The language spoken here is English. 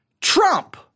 Trump